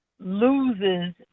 loses